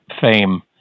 fame